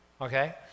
Okay